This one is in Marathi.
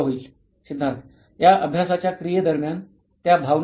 सिद्धार्थ या अभ्यासाच्या क्रिये दरम्यान त्या भावना असतात